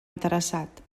interessat